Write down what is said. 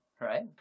right